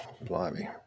blimey